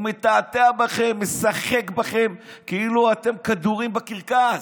הוא מתעתע בכם, משחק בכם כאילו אתם כדורים בקרקס.